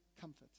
comfort